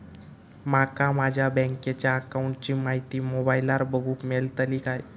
माका माझ्या बँकेच्या अकाऊंटची माहिती मोबाईलार बगुक मेळतली काय?